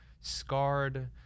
scarred